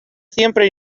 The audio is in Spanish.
siempre